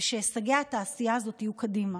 ושהישגי התעשייה הזאת יהיו קדימה.